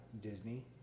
Disney